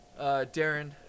Darren